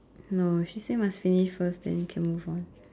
no she say must finish first then can move on